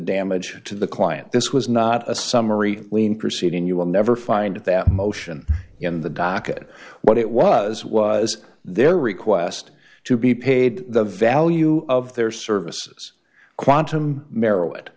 damage to the client this was not a summary lien proceeding you will never find that motion in the docket what it was was their request to be paid the value of their services quantum